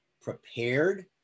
prepared